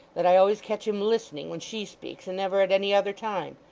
that i always catch him listening when she speaks, and never at any other time!